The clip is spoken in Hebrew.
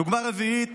דוגמה רביעית